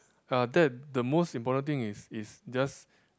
uh that the most important thing is is just